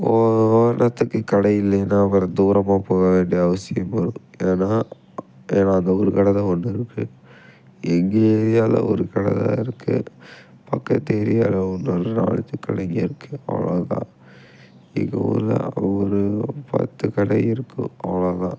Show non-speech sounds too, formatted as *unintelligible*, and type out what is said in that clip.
ஓ *unintelligible* கடை இல்லைனா வேறு தூரமாக போகவேண்டிய அவசியம் வரும் ஏனால் ஏனால் அந்த ஒரு கடை தான் ஒன்று இருக்குது எங்கள் ஏரியாவில் ஒரு கடை இருக்குது பக்கத்து ஏரியாவில் ஒரு நாலஞ்சு கடைங்கள் இருக்குது அவ்வளோதான் எங்கள் ஊரில் ஒரு பத்து கடை இருக்கும் அவ்வளோதான்